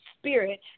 spirit